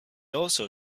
also